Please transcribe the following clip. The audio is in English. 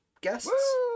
guests